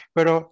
Pero